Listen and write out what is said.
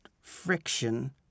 friction